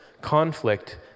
Conflict